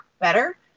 better